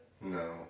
No